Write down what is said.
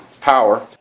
power